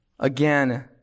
Again